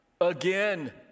again